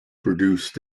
produced